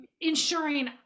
ensuring